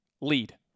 lead